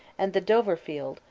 and the dovrefeld,